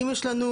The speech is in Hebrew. אם יש לנו